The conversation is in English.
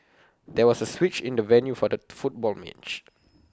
there was A switch in the venue for the football match